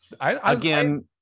Again